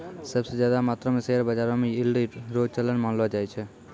सब स ज्यादा मात्रो म शेयर बाजारो म यील्ड रो चलन मानलो जाय छै